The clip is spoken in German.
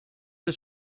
bis